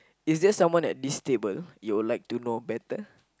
is there someone at this table you would like to know better